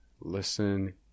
listen